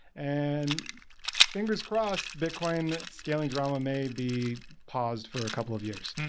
and fingers crossed, bitcoin scaling drama may be paused for a couple of years.